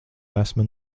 esmu